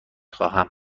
خواهم